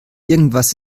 irgendwas